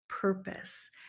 purpose